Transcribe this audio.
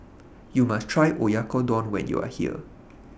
YOU must Try Oyakodon when YOU Are here